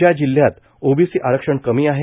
ज्या जिल्ह्यात ओबीसी आरक्षण कमी आहे